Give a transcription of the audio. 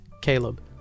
Caleb